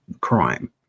crime